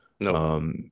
No